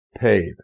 paid